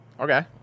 Okay